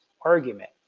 argument